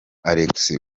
alex